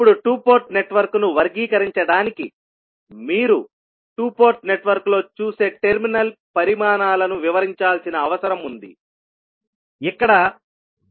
ఇప్పుడు 2 పోర్ట్ నెట్వర్క్ను వర్గీకరించడానికి మీరు 2 పోర్ట్ నెట్వర్క్లో చూసే టెర్మినల్ పరిమాణాలను వివరించాల్సిన అవసరం ఉంది